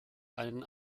einen